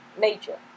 nature